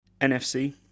NFC